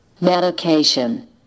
Medication